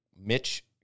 Mitch